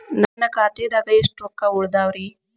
ನನ್ನ ಖಾತೆದಾಗ ಎಷ್ಟ ರೊಕ್ಕಾ ಉಳದಾವ್ರಿ?